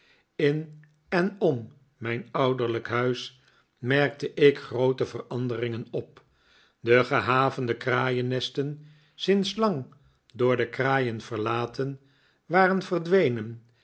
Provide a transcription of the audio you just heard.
in en om mijn ouderlijk huis merkte ik groote veranderingen op de gehavende kraaiennesten sinds lang door de kraaien verlaten waren verdwenen